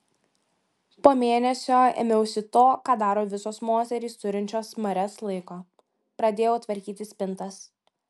po mėnesio ėmiausi to ką daro visos moterys turinčios marias laiko pradėjau tvarkyti spintas